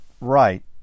right